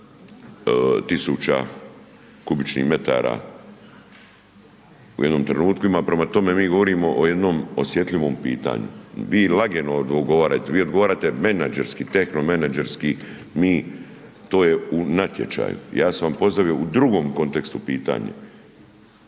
500 tisuća kubičnih metara u jednom trenutku ima. Prema tome mi govorimo o jednom osjetljivom pitanju. Vi .../Govornik se ne razumije./... odgovarate, vi odgovarate menadžerski, tehno menadžerski, mi, to je u natječaju. Ja sam vam postavio u drugom kontekstu pitanje.